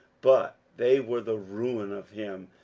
but they were the ruin of him,